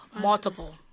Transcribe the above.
multiple